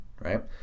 right